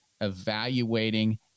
evaluating